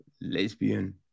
lesbian